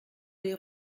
les